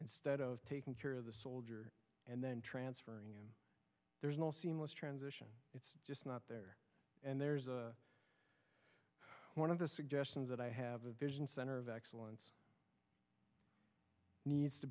instead of taking care of the soldier and then transferring him there's no seamless transition it's just not there and there's a one of the suggestions that i have a vision center of excellence needs to